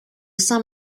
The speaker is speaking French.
saint